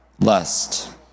lust